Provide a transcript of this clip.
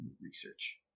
research